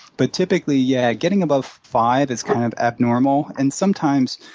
but typically, yeah, getting above five is kind of abnormal. and sometimes,